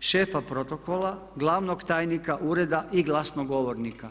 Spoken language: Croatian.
šefa protokola, glavnog tajnika ureda i glasnogovornika.